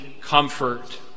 comfort